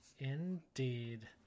Indeed